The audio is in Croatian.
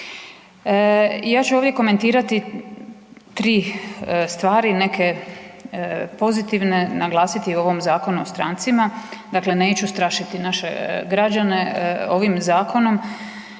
Ja ću ovdje komentirati 3 stvari. Neke pozitivne, naglasiti u ovom Zakonu o strancima. Dakle, neću strašiti naše građane ovim zakonom.